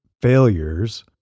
Failures